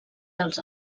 dels